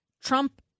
Trump